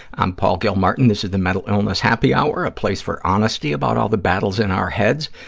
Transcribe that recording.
i'm paul gilmartin. this is the mental illness happy hour, a place for honesty about all the battles in our heads,